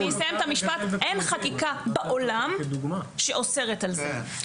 אין חקיקה בעולם שאוסרת על זה.